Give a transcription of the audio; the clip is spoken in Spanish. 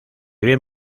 bien